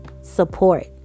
support